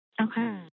Okay